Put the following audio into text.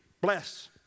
Bless